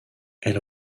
elle